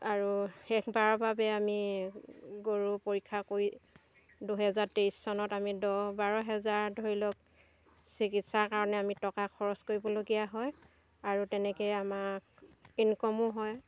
আৰু শেষবাৰৰ বাবে আমি গৰু পৰীক্ষা কৰি দুহেজাৰ তেইছ চনত আমি দহ বাৰ হাজাৰ ধৰি লওক চিকিৎসাৰ কাৰণে আমি টকা খৰচ কৰিবলগীয়া হয় আৰু তেনেকে আমা ইনকমো হয়